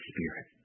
Spirit